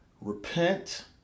repent